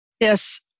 Yes